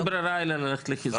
אין ברירה אלא ללכת לכיוון ---.